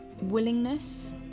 willingness